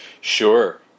Sure